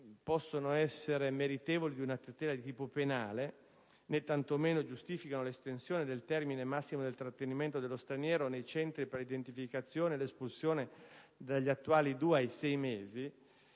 elementi meritevoli di una tutela di tipo penale né tanto meno giustificano l'estensione del termine massimo del trattenimento dello straniero nei centri per l'identificazione e l'espulsione dagli attuali due mesi a sei.